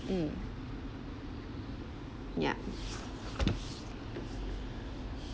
mm yup